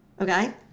Okay